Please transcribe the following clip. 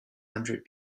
hundred